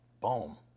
boom